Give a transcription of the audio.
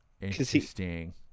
Interesting